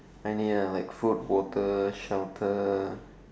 any uh like food water shelter